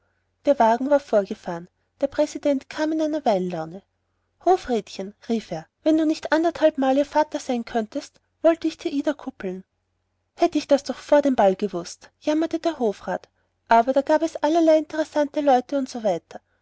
der wagen war vorgefahren der präsident kam in einer weinlaune hofrätchen rief er wenn du nicht anderthalbmal ihr vater sein könntest wollte ich dir ida kuppeln hätte ich das doch vor dem ball gewußt jammerte der hofrat aber da gab es allerlei interessante leute usw